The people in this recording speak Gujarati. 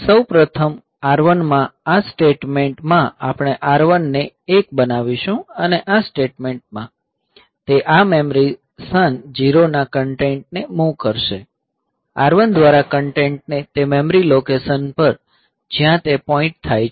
સૌ પ્રથમ R1 માં આ સ્ટેટમેન્ટ માં આપણે R1 ને 1 બનાવીશું અને આ સ્ટેટમેન્ટમાં તે આ મેમરી સ્થાન 0 ના કન્ટેન્ટને મૂવ કરશે R1 દ્વારા કન્ટેન્ટને તે મેમરી લોકેશન પર જ્યાં તે પોઇંટ થાય છે